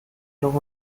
noch